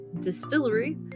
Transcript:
distillery